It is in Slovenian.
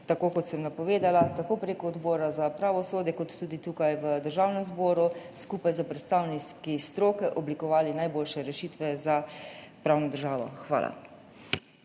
tako kot sem napovedala, tako prek Odbora za pravosodje kot tudi tukaj v Državnem zboru skupaj s predstavniki stroke oblikovali najboljše rešitve za pravno državo. Hvala.